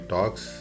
Talks